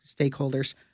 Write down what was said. stakeholders